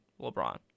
LeBron